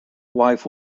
wife